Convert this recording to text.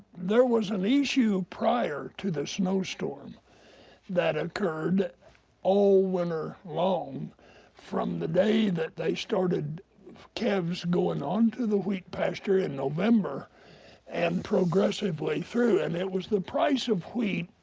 there was an issue prior to the snowstorm that occurred all winter long from the day that they started calves going onto the wheat pasture in november and progressively through and it was the price of wheat